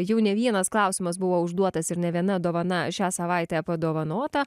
jau ne vienas klausimas buvo užduotas ir ne viena dovana šią savaitę padovanota